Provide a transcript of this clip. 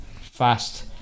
fast